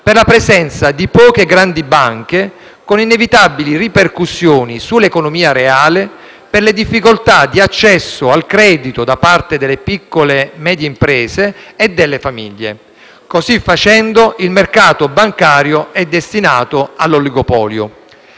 per la presenza di poche grandi banche, con inevitabili ripercussioni sull'economia reale per le difficoltà di accesso al credito da parte delle piccole e medie imprese e delle famiglie. Così facendo, il mercato bancario è destinato all'oligopolio.